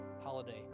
holiday